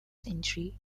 century